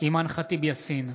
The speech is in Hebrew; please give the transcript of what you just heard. אימאן ח'טיב יאסין,